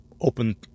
open